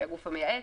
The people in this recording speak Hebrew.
שהיא הגוף המייעץ,